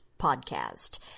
podcast